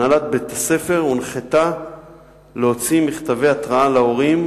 הנהלת בית-הספר הונחתה להוציא מכתבי התראה להורים,